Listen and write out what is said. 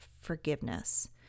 forgiveness